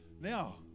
now